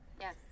Yes